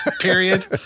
period